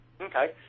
Okay